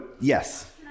yes